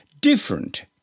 different